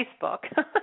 Facebook